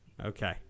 Okay